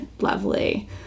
lovely